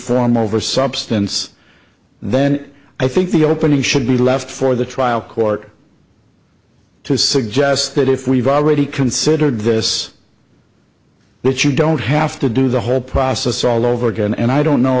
form over substance then i think the opening should be left for the trial court to suggest that if we've already considered this but you don't have to do the whole process all over again and i don't know